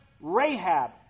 Rahab